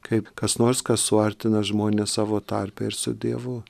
kaip kas nors kas suartina žmones savo tarpe ir su dievu